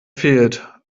fehlt